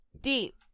Deep